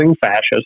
fascist